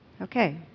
Okay